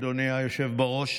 אדוני היושב בראש,